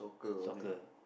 soccer